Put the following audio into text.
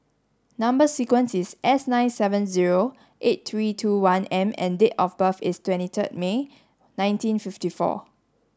number sequence is S nine seven zero eight three two one M and date of birth is twenty third May nineteen fifty four